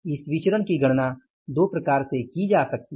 इस विचरण की गणना 2 प्रकार से की जा सकती है